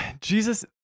Jesus